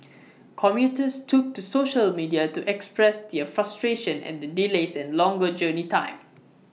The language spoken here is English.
commuters took to social media to express their frustration at the delays and longer journey time